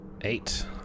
Eight